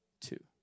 two